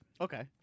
Okay